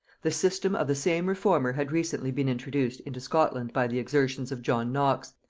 the system of the same reformer had recently been introduced into scotland by the exertions of john knox,